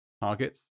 targets